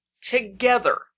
together